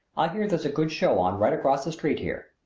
i hear there's a good show on right across the street here.